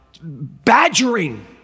badgering